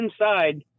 inside